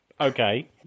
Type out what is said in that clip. okay